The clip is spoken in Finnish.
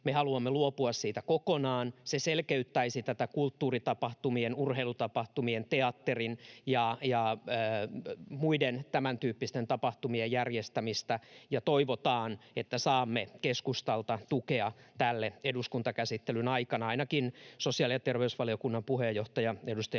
Me haluamme luopua siitä kokonaan. Se selkeyttäisi kulttuuritapahtumien, urheilutapahtumien, teatterin ja muiden tämäntyyppisten tapahtumien järjestämistä. Toivotaan, että saamme keskustalta tukea tälle eduskuntakäsittelyn aikana — ainakin sosiaali- ja terveysvaliokunnan puheenjohtaja, edustaja